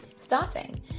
starting